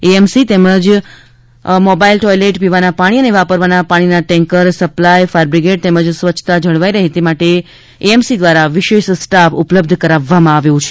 AMC દ્વારા mobile toilet પીવાના અને વાપરવાના પાણીના ટેન્કર સપ્લાય ફાયર બ્રિગેડ તેમજ સ્વચ્છતા જળવાઈ રહે તે માટે વિશેષ સ્ટાફ ઉપલબ્ધ કરાવવામાં આવ્યો છે